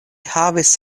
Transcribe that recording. havis